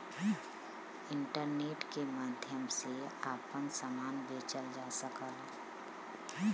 internet के माध्यम से आपन सामान बेचल जा सकला